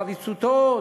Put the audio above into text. חריצותו,